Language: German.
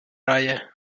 reihe